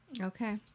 Okay